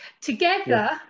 together